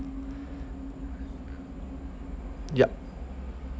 yup